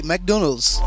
McDonald's